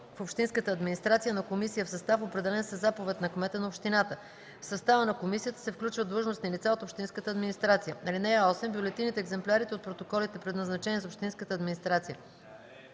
в общинската администрация на комисия в състав, определен със заповед на кмета на общината. В състава на комисията се включват длъжностни лица от общинската администрация. (8) Бюлетините, екземплярите от протоколите, предназначени за общинската администрация,